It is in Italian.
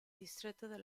distretto